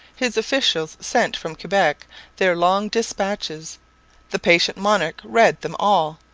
his officials sent from quebec their long dispatches the patient monarch read them all,